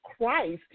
Christ